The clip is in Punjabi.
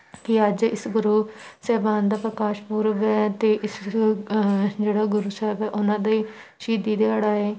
ਕਿ ਅੱਜ ਇਸ ਗੁਰੂ ਸਾਹਿਬਾਨ ਦਾ ਪ੍ਰਕਾਸ਼ ਪੁਰਬ ਹੈ ਅਤੇ ਇਸ ਜਿਹੜਾ ਗੁਰੂ ਸਾਹਿਬ ਹੈ ਉਹਨਾਂ ਦੇ ਸ਼ਹੀਦੀ ਦਿਹਾੜਾ ਹੈ